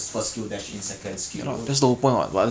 zi quan say [one] I thought you say john say [one]